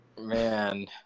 man